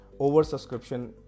oversubscription